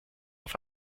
auf